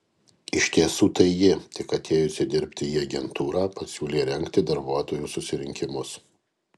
iš tiesų tai ji tik atėjusi dirbti į agentūrą pasiūlė rengti darbuotojų susirinkimus